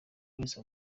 wese